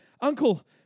Uncle